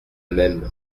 même